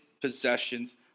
possessions